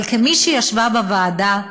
אבל כמי שישבה בוועדה,